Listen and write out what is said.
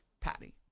Patty